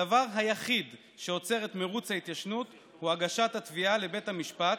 הדבר היחיד שעוצר את מרוץ ההתיישנות הוא הגשת התביעה לבית המשפט,